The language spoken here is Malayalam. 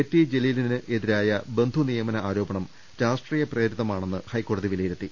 ടി ജലീലിനെതിരായ ബന്ധു നിയമന ആരോപണം രാഷ്ട്രീയ പ്രേരിതമാണെന്ന് ഹൈക്കോടതി വിലയിരുത്തി